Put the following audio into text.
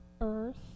earth